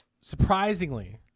surprisingly